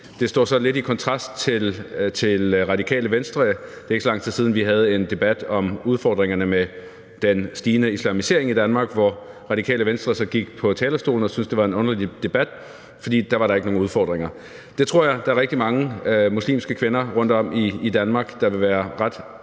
Det står sådan lidt i kontrast til Radikale Venstre. Det er ikke så lang tid siden, vi havde en debat om udfordringerne med den stigende islamisering i Danmark, hvor Radikale Venstre så gik på talerstolen og sagde, at man syntes, det var en underlig debat, fordi der var der ikke nogen udfordringer. Det tror jeg at der er rigtig mange muslimske kvinder rundtom i Danmark der vil være ret